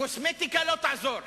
קוסמטיקה לא תעזור.